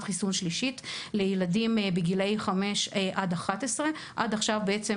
חיסון שלישית לילדים בגילאי 11-5. עד עכשיו בעצם,